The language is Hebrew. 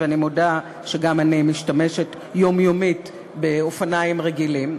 ואני מודה שגם אני משתמשת יומיומית באופניים רגילים,